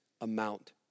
amount